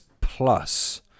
Plus